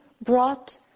brought